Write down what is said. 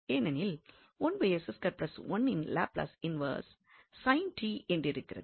ஏனெனில் யின் Laplace inverse sin t என்றிருக்கிறது